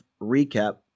recap